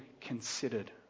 considered